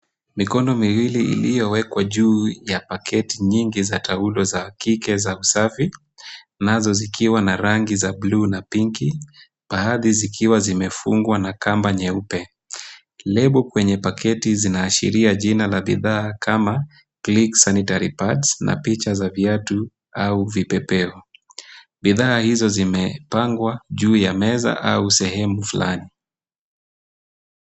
Mikono miwili iliyowekwa juu ya paketi nyingi za taulo za kike za usafi, nazo zikiwa na rangi za bluu na pinki baadhi zikiwa zimefungwa na kamba nyeupe. Lebo kwenye paketi zinaashiria jina la bidhaa kama clean sanitary pads na picha za viatu au vipepeo. Bidhaa hizo zimepangwa juu ya meza au sehemu fulani.